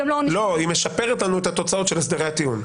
לא, היא משפרת לנו את התוצאות של הסדרי הטיעון.